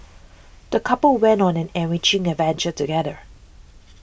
the couple went on an enriching adventure together